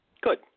Good